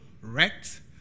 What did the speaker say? wrecked